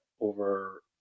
over